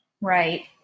Right